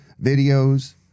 videos